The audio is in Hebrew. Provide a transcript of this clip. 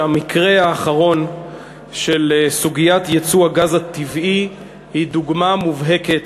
שהמקרה האחרון של סוגיית יצוא הגז הטבעי היא דוגמה מובהקת